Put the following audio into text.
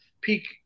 peak